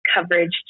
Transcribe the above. coverage